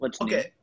Okay